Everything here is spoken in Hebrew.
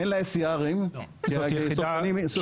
אין לה ECR, היא גזית.